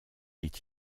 est